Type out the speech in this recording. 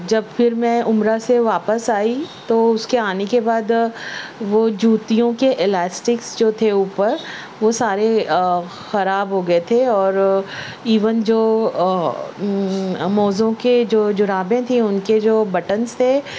جب پھر میں عمرہ سے واپس آئی تو اس کے آنے کے بعد وہ جوتیوں کے الائسٹکس جو تھے اوپر وہ سارے خراب ہو گئے تھے اور ایون جو موزوں کے جو جرابیں تھیں ان کے جو بٹنس تھے